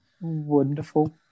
Wonderful